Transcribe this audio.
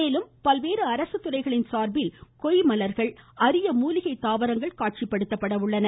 மேலும் பல்வேறு அரசுத்துறைகளின் சார்பில் கொய்மலர்கள் அரிய மூலிகை தாவரங்கள் காட்சிப்படுத்தப்பட உள்ளன